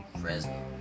Fresno